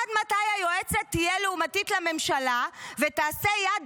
עד מתי היועצת תהיה לעומתית לממשלה ותעשה יד